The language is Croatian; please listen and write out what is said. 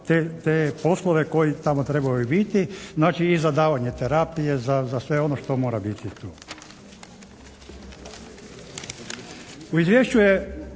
te poslove koji tamo trebaju i biti. Znači i za davanje terapije, za sve ono što mora biti tu. U izvješću je